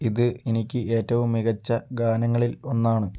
ഇത് എനിക്ക് ഏറ്റവും മികച്ച ഗാനങ്ങളിൽ ഒന്നാണ്